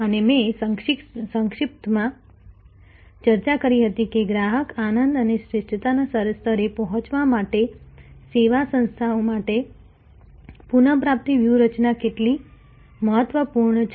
અને મેં સંક્ષિપ્તમાં ચર્ચા કરી હતી કે ગ્રાહક આનંદ અને શ્રેષ્ઠતાના સ્તરે પહોંચવા માટે સેવા સંસ્થા માટે પુનઃપ્રાપ્તિ વ્યૂહરચના કેટલી મહત્વપૂર્ણ છે